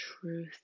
truth